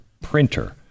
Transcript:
printer